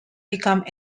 became